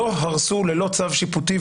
לא הרסו ללא צו שיפוטי,